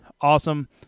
awesome